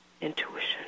Intuition